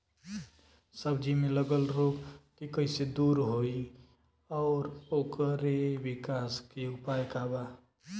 सब्जी में लगल रोग के कइसे दूर होयी और ओकरे विकास के उपाय का बा?